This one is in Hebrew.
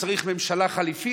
צריך ממשלה חליפית?